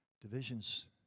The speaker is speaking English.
Divisions